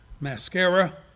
mascara